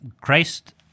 Christ